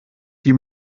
die